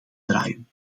draaien